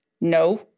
no